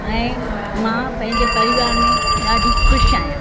ऐं मां पंहिंजे परिवार में ॾाढी ख़ुशि आहियां